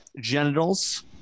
genitals